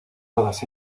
todas